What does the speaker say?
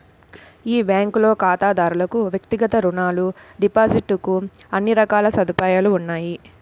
ఈ బ్యాంకులో ఖాతాదారులకు వ్యక్తిగత రుణాలు, డిపాజిట్ కు అన్ని రకాల సదుపాయాలు ఉన్నాయి